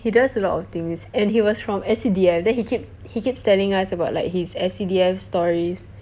he does a lot of things and he was from S_C_D_F then he keep he keeps telling us about like his S_C_D_F stories